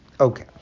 Okay